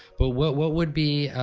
but what what would be,